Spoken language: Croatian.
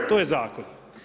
To je zakon.